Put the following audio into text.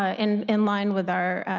ah in in line with our